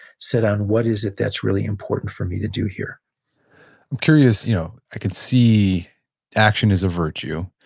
set on what is it that's really important for me to do here i'm curious you know, i can see action is a virtue,